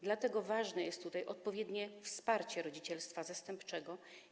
Dlatego ważne jest tutaj odpowiednie wsparcie rodzicielstwa zastępczego.